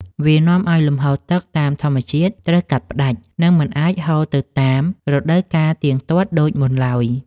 វានាំឱ្យលំហូរទឹកតាមធម្មជាតិត្រូវកាត់ផ្តាច់ និងមិនអាចហូរទៅតាមរដូវកាលទៀងទាត់ដូចមុនឡើយ។